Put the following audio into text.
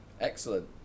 Excellent